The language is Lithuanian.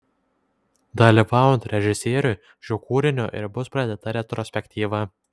dalyvaujant režisieriui šiuo kūriniu ir bus pradėta retrospektyva